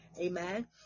amen